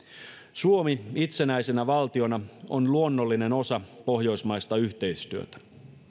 suomi itsenäisenä valtiona on luonnollinen osa pohjoismaista yhteistyötä